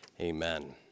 Amen